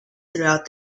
throughout